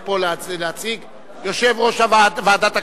יושב-ראש ועדת הכלכלה,